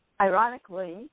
ironically